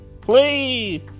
Please